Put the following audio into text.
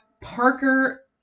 Parker